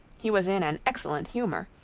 he was in an excellent humor,